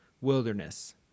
wilderness